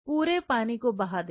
पूरे पानी को बहा दें